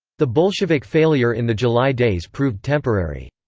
the bolshevik failure in the july days proved temporary.